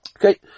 Okay